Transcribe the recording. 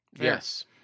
Yes